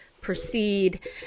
proceed